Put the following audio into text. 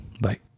Bye